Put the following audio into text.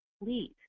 Leave